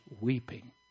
weeping